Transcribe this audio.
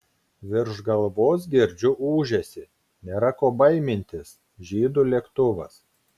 virš galvos girdžiu ūžesį nėra ko baimintis žydų lėktuvas